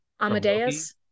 Amadeus